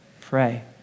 pray